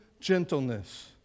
gentleness